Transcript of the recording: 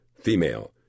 female